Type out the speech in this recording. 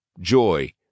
joy